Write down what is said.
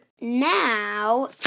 Now